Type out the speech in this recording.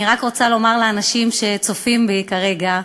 אני רק רוצה לומר לאנשים שצופים בי כרגע,